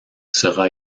sera